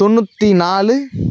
தொண்ணூற்றி நாலு